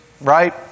right